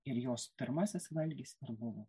ir jos pirmasis valgis buvo